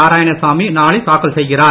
நாராயணசாமி நாளை தாக்கல் செய்கிறார்